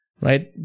right